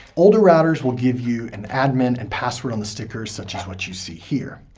older routers will give you an admin and password on the stickers, such as what you see here.